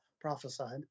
prophesied